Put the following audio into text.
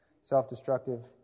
self-destructive